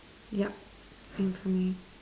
yep same for me